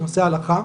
בנושא ההלכה,